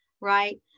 right